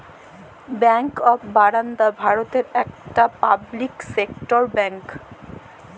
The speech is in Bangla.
ব্যাঙ্ক অফ বারদা ভারতের একটি পাবলিক সেক্টর ব্যাঙ্ক